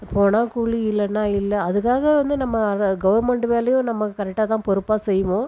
போனால் கூழி இல்லைனா இல்லை அதுக்காக வந்து நம்ம கவர்மெண்ட் வேலையும் நம்ம கரெக்டாக தான் பொறுப்பாக செய்வோம்